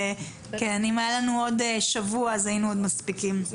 אם היה לנו עוד שבוע היינו מספיקים.